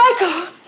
Michael